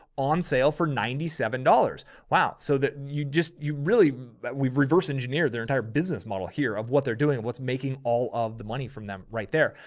on sale for ninety seven dollars. wow. so you just, you really we've reversed, engineered their entire business model here of what they're doing. what's making all of the money from them right there.